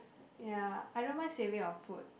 ya I don't mind saving on food